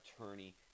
attorney